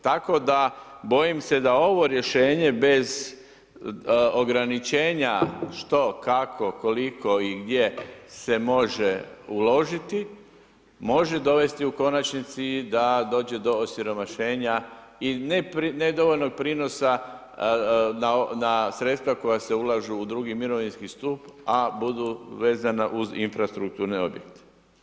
Tako da, bojim se da ovo rješenje bez ograničenja što, kako, koliko i gdje se može uložiti može dovesti u konačnici da dođe do osiromašenja i nedovoljnog prinosa na sredstva koja se ulažu u drugi mirovinski stup a budu vezana uz infrastrukturne objekte.